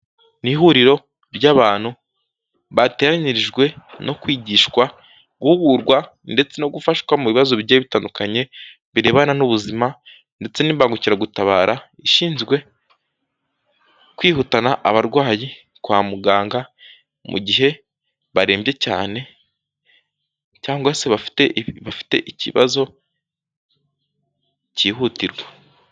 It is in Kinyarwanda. Ni ihuriro ry'abantu bateganyirijwe no kwigishwa, guhugurwa, ndetse no gufashwa mu bibazo bigiye bitandukanye birebana n'ubuzima ndetse n'imbagukiragutabara ishinzwe kwihutana abarwayi kwa muganga mu gihe barembye cyane cyangwa se bafite ikibazo cyihutirwa.